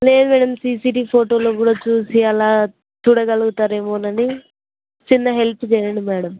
లేదు madam CC TV ఫోటోలో కూడా చూసి అలా చూడగలుగుతారేమోనని చిన్న హెల్ప్ చేయండి మ్యాడమ్